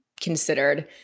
considered